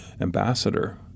ambassador